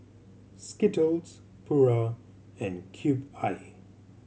Skittles Pura and Cube I